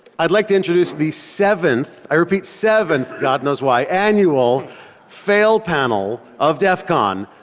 i'd like to introduce the seventh, i repeat seventh, god knows why annual fail panel of def con.